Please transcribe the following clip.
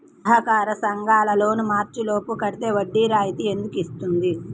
సహకార సంఘాల లోన్ మార్చి లోపు కట్టితే వడ్డీ రాయితీ ఎందుకు ఇస్తుంది?